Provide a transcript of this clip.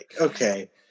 okay